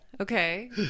Okay